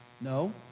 No